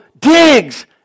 digs